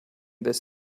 this